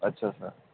ਅੱਛਾ ਅੱਛਾ